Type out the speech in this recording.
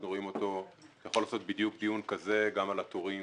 אני יכול לקיים דיון כזה גם על התורים